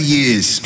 Years